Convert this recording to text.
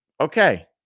Okay